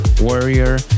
Warrior